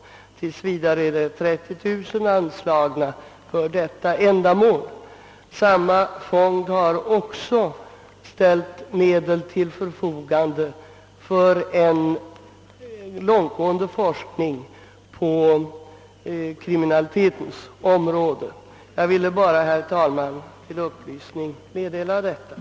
Tills vidare har 30 000 kronor anslagits för detta ändamål. Samma fond har också ställt medel till förfogande för en långtgående forskning på kriminalitetens område. Jag ville bara, herr talman, till upplysning meddela detta.